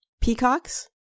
peacocks